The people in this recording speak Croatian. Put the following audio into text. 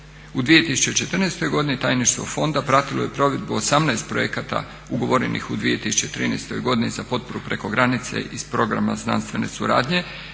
U 2014. godini tajništvo fonda pratilo je provedbu 18 projekata ugovorenih u 2013. godini za potporu preko granice iz programa znanstvene suradnje